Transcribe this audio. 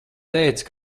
teica